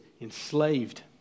enslaved